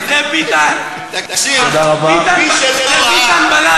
מי שלא ראה גבר,